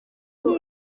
uko